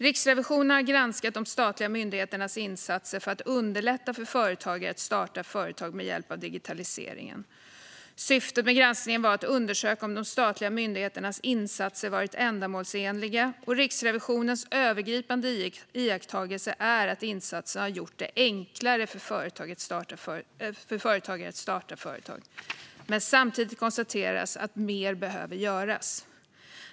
Riksrevisionen har granskat de statliga myndigheternas insatser för att underlätta för företagare att starta företag med hjälp av digitalisering. Syftet med granskningen var att undersöka om de statliga myndigheternas insatser varit ändamålsenliga. Riksrevisionens övergripande iakttagelse är att insatserna har gjort det enklare för företagare att starta företag, men samtidigt konstateras att mer behöver göras.